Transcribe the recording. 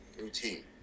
routine